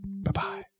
Bye-bye